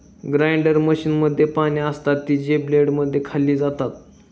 grinder मशीनमध्ये पाने असतात, जी ब्लेडद्वारे खाल्ली जातात